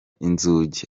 inzugi